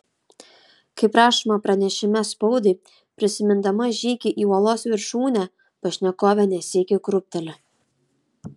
kaip rašoma pranešime spaudai prisimindama žygį į uolos viršūnę pašnekovė ne sykį krūpteli